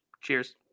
Cheers